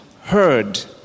heard